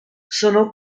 sono